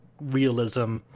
realism